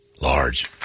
large